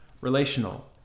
relational